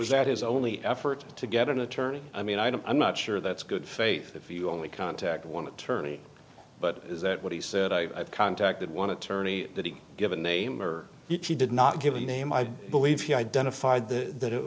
was that his only effort to get an attorney i mean i don't i'm not sure that's good faith if you only contact one attorney but is that what he said i contacted want to tourney that he give a name or he did not give a name i believe he identified the